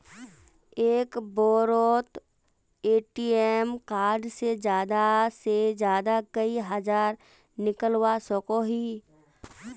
एक बारोत ATM card से ज्यादा से ज्यादा कई हजार निकलवा सकोहो ही?